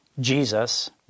Jesus